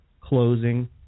closing